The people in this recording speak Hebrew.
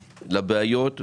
לבעיות,